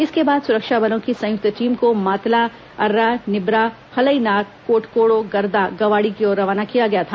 इसके बाद सुरक्षा बलों की संयुक्त टीम को मातला अर्रा निबरा हलईनार कोटकोड़ो गरदा गवाड़ी की ओर रवाना किया गया था